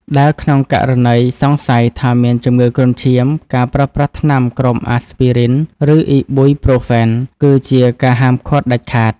ដែលក្នុងករណីសង្ស័យថាមានជំងឺគ្រុនឈាម ការប្រើប្រាស់ថ្នាំក្រុមអាស្ពីរីន ឬអុីប៊ុយប្រូហ្វែន គឺជាការហាមឃាត់ដាច់ខាត។